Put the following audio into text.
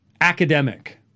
academic